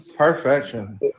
Perfection